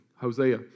Hosea